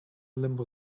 limbo